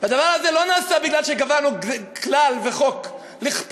והדבר הזה לא נעשה כי קבענו כלל וחוק לכפות